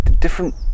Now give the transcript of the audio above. different